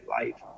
life